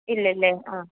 ഇല്ലല്ലേ ആ